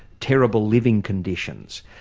terrible living conditions.